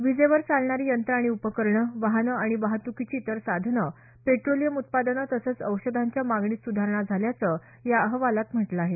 विजेवर चालणारी यंत्रं आणि उपकरणं वाहनं आणि वाहतुकीची इतर साधनं पेट्रोलियम उत्पादनं तसंच औषधांच्या मागणीत सुधारणा झाल्याचं या अहवालात म्हटलं आहे